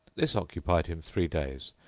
this occupied him three days,